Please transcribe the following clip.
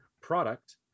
product